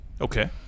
Okay